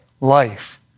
life